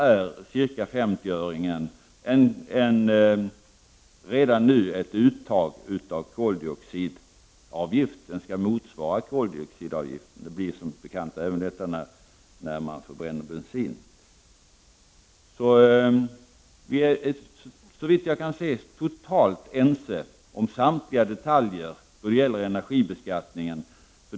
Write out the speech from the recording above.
som har diskuterats ett uttag av koldioxidavgift. Det skall motsvara koldioxidavgiften. Koldioxid uppstår som bekant även när man förbränner bensin. Såvitt jag kan se är vi helt ense om samtliga detaljer i energibeskattningen.